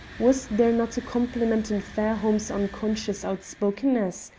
was there not a compliment in fairholme's unconscious outspokenness?